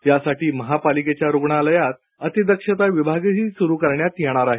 त्यासाठी महापालिकेच्या रुग्णालयात अतिदक्षता विभागही सुरू करण्यात येणार आहेत